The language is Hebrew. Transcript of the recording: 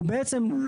הוא בעצם,